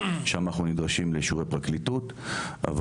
שם אנחנו נדרשים לאישורי פרקליטות אבל